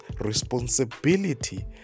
responsibility